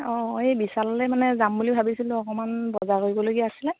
অঁ এই বিশাললৈ মানে যাম বুলি ভাবিছিলোঁ অকমান বজাৰ কৰিবলগীয়া আছিলে